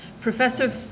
Professor